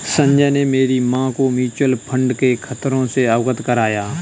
संजय ने मेरी मां को म्यूचुअल फंड के खतरों से अवगत कराया